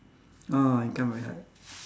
ah income very high